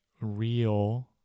real